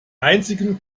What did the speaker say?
einzigen